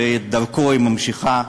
שאת דרכו היא ממשיכה.